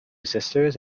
sisters